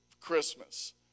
Christmas